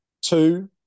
Two